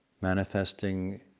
manifesting